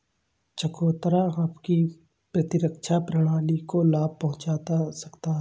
चकोतरा आपकी प्रतिरक्षा प्रणाली को लाभ पहुंचा सकता है